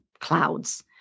clouds